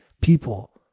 people